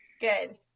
Good